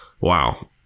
Wow